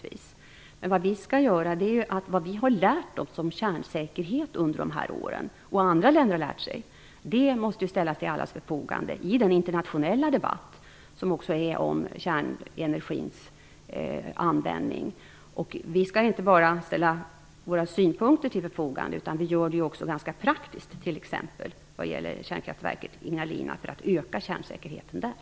Vad vi och andra länder har lärt oss om kärnsäkerhet under åren måste ställas till allas förfogande i den internationella debatt som förs om kärnenergins användning. Vi skall inte bara ställa våra synpunkter till förfogande utan vi hjälper också till praktiskt för att öka kärnsäkerheten, t.ex. när det gäller kärnkraftverket Ignalina.